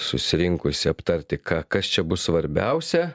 susirinkusi aptarti ką kas čia bus svarbiausia